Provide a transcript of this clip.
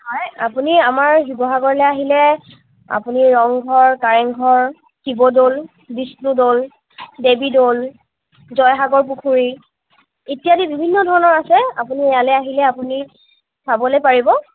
হয় আপুনি আমাৰ শিৱসাগৰলৈ আহিলে আপুনি ৰংঘৰ কাৰেংঘৰ শিৱদ'ল বিষ্ণুদ'ল দেৱীদ'ল জয়সাগৰ পুখুৰী ইত্যাদি বিভিন্ন ধৰণৰ আছে আপুনি ইয়ালৈ আহিলে আপুনি চাবলৈ পাৰিব